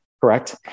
Correct